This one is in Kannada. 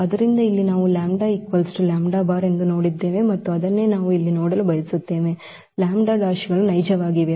ಆದ್ದರಿಂದ ಇಲ್ಲಿ ನಾವು ಎಂದು ನೋಡಿದ್ದೇವೆ ಮತ್ತು ಅದನ್ನೇ ನಾವು ಇಲ್ಲಿ ನೋಡಲು ಬಯಸುತ್ತೇವೆ λ ಗಳು ನೈಜವಾಗಿವೆ